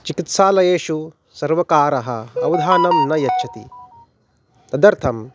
चिकित्सालयेषु सर्वकारः अवधानं न यच्छति तदर्थं